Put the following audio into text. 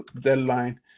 deadline